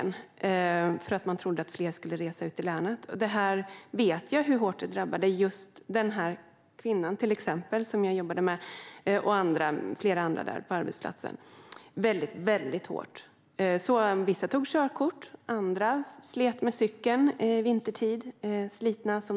Man trodde nämligen att fler ute i länet skulle resa. De kvinnor jag jobbade drabbades hårt av detta, och vissa tog körkort medan andra slet med cykeln även vintertid.